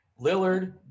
Lillard